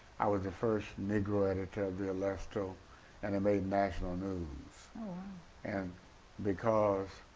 i was the first negro editor of the alestle and it made national news and because